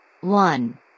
one